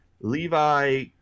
Levi